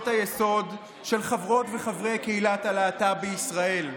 היסוד של חברות וחברי קהילת הלהט"ב בישראל.